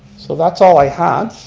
so that's all i had.